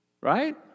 right